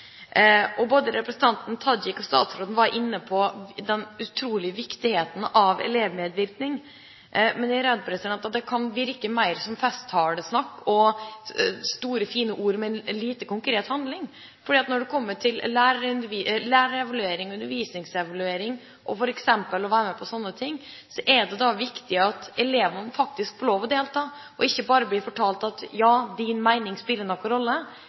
elevmedvirkning er. Men jeg er redd for at det kan virke mer som festtalesnakk og store fine ord, men lite konkret handling. Når det kommer til det å være med på slike ting som f.eks. lærerevaluering og undervisningsevaluering, er det viktig at elevene faktisk får lov til å delta – og ikke bare blir fortalt at ja, din mening spiller en rolle,